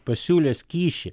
pasiūlęs kyšį